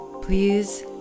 Please